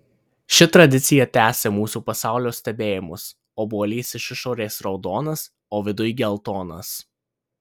ši tradicija tęsia mūsų pasaulio stebėjimus obuolys iš išorės raudonas o viduj geltonas